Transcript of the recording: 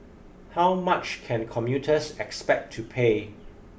how much can commuters expect to pay